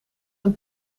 een